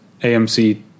AMC